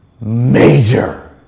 Major